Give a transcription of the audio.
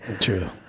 True